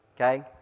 Okay